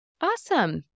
Awesome